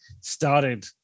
started